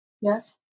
Yes